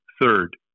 Third